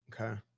okay